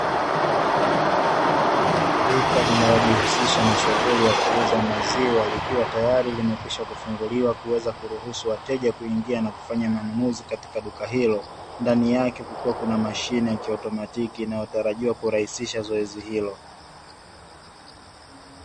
Duka linalojishughulisha na shughuli ya kuuza maziwa, likiwa tayari limekwisha kufunguliwa kuweza kuruhusu wateja kuingia kufanya manunuzi katika duka hilo, ndani yake kukiwa kuna mashine ya kiotomatiki inayotarajiwa kurahisisha zoezi hilo.